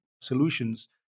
solutions